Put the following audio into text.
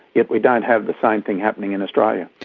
yet we don't have the same thing happening in australia.